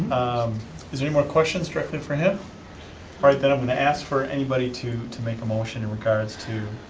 um is there any more questions directly for him? all right, then i'm going to ask for anybody to to make a motion in regards to